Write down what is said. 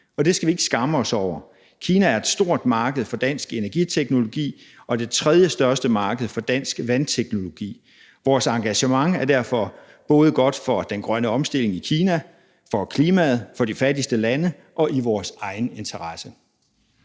og det skal vi ikke skamme os over. Kina er et stort marked for dansk energiteknologi og det tredje største marked for dansk vandteknologi. Vores engagement er derfor både godt for den grønne omstilling i Kina, for klimaet, for de fattigste lande og i vores egen interesse.